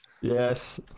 Yes